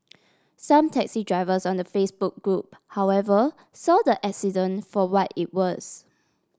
some taxi drivers on the Facebook group however saw the accident for what it was